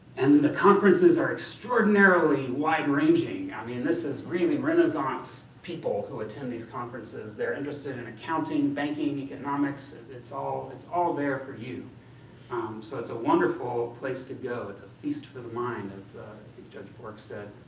and the conferences are extraordinarily wide-ranging, i mean this is really renaissance people who attend these conferences. they're interested in accounting, banking, economics, it's all it's all there for you so it's a wonderful ah place to go. it's a feast for the mind as judge bork said,